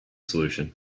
solution